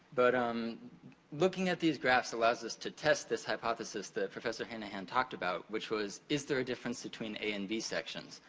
but um looking at these graphs allows us to test this hypothesis that professor heneghan and talked about, which was, is there a difference between the a and b sections?